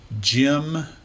jim